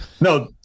no